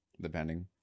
depending